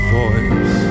voice